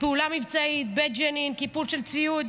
פעולה מבצעית בג'נין, קיפול של ציוד.